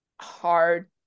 Hard